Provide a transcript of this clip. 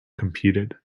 competed